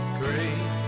great